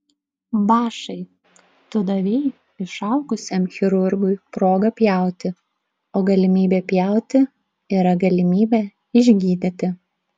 bašai tu davei išalkusiam chirurgui progą pjauti o galimybė pjauti yra galimybė išgydyti